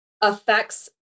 affects